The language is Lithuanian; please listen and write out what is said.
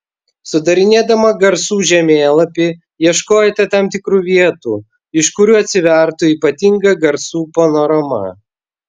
sudarinėdama garsų žemėlapį ieškojote tam tikrų vietų iš kurių atsivertų ypatinga garsų panorama